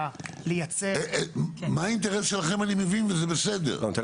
היה לייצר --- את האינטרס שלכם אני מבין וזה בסדר.